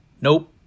Nope